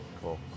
Cool